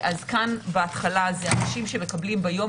אז כאן בהתחלה אלה אנשים שמקבלים ביום